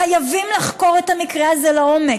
חייבים לחקור את המקרה הזה לעומק.